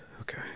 Okay